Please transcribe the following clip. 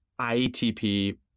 IETP